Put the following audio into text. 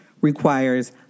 requires